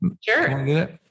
Sure